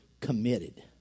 committed